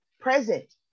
present